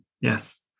Yes